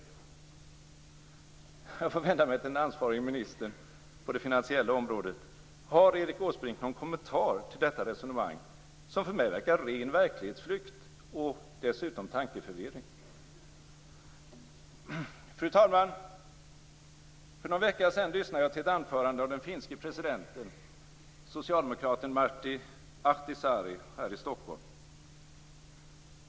Jag får vända mig till den ansvarige ministern på det finansiella området. Har Erik Åsbrink någon kommentar till detta resonemang, som för mig verkar vara ren verklighetsflykt och dessutom tankeförvirring? Fru talman! För någon vecka sedan lyssnade jag till ett anförande av den finske presidenten, socialdemokraten Martti Ahtisaari, här i Stockholm.